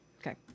Okay